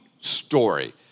story